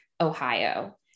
Ohio